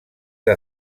que